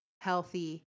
healthy